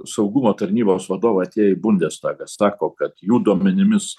saugumo tarnybos vadovai atėję į bundestagą sako kad jų duomenimis